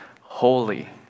holy